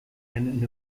and